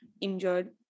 injured